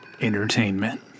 Entertainment